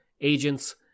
agents